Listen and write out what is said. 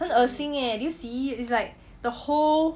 很恶心 eh do you see it's like the whole